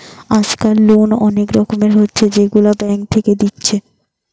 আজকাল লোন অনেক রকমের হচ্ছে যেগুলা ব্যাঙ্ক থেকে দিচ্ছে